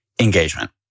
engagement